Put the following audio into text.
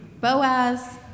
Boaz